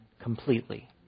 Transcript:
completely